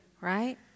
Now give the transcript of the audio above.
right